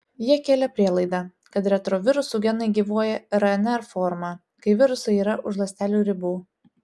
jie kėlė prielaidą kad retrovirusų genai gyvuoja rnr forma kai virusai yra už ląstelių ribų